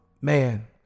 man